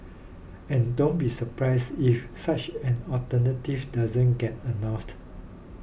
and don't be surprised if such an alternative does get announced